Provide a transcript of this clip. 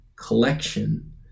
collection